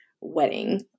wedding